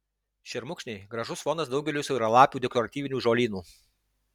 šermukšniai gražus fonas daugeliui siauralapių dekoratyvinių žolynų